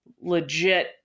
legit